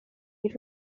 this